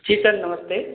जी sir नमस्ते